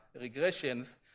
regressions